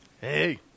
Hey